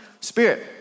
Spirit